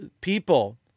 people